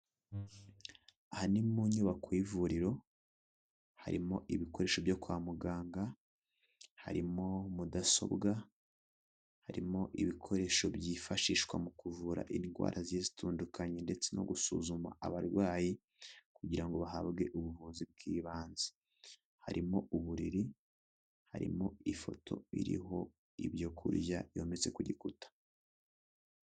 Aha ni mu nyubako y'ivuriro harimo ibikoresho byo kwa muganga, harimo mudasobwa, harimo ibikoresho byifashishwa mu kuvura indwara zigiye zitandukanye ndetse no gusuzuma abarwayi kugira ngo bahabwe ubuvuzi bw'ibanze, harimo uburiri, harimo ifoto iriho ibyo kurya yometse ku gikuta.